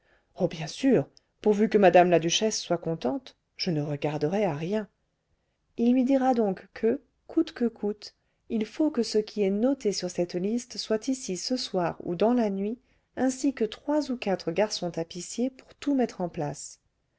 oh bien sûr pourvu que mme la duchesse soit contente je ne regarderai à rien il lui dira donc que coûte que coûte il faut que ce qui est noté sur cette liste soit ici ce soir ou dans la nuit ainsi que trois ou quatre garçons tapissiers pour tout mettre en place